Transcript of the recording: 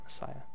Messiah